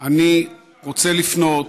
אני רוצה לפנות